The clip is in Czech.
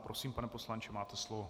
Prosím, pane poslanče, máte slovo.